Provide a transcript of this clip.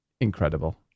incredible